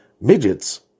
Midgets